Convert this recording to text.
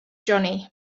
johnny